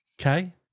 Okay